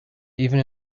even